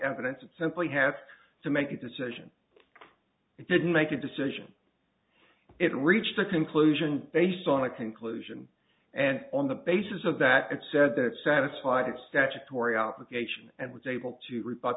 evidence it simply has to make a decision it didn't make a decision it reached a conclusion based on a conclusion and on the basis of that it said that satisfied that statutory obligation and was able to re